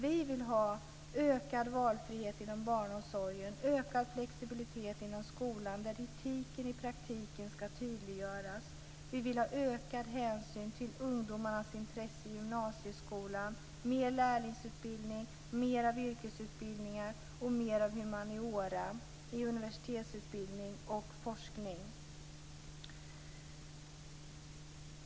Vi vill ha ökad valfrihet inom barnomsorgen och ökad flexibilitet inom skolan där etiken i praktiken ska tydliggöras. Vi vill ha ökad hänsyn till ungdomarnas intressen i gymnasieskolan, mer lärlingsutbildning, mer av yrkesutbildningar och mer av humaniora i universitetsutbildning och forskning.